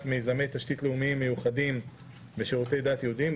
מיזמי תשתית לאומיים מיוחדים ושירותי דת יהודיים,